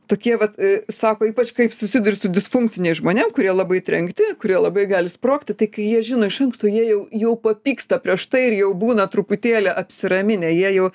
tokie vat a sako ypač kaip susiduri su disfunkciniais žmonėm kurie labai trenkti kurie labai gali sprogti tai kai jie žino iš anksto jie jau jau papyksta prieš tai ir jau būna truputėlį apsiraminę jie jau